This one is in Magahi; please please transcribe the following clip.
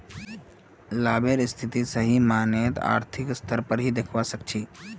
लाभेर स्थिति सही मायनत आर्थिक स्तर पर ही दखवा सक छी